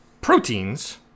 proteins